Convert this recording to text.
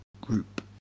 group